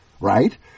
right